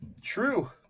True